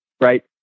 right